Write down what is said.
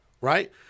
right